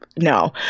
No